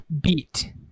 beat